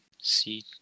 see